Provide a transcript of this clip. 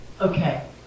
Okay